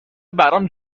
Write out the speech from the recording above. برام